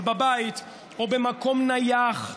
אבל בבית או במקום נייח.